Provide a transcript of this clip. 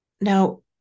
Now